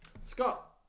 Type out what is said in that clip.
Scott